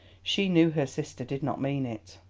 she knew her sister did not mean it.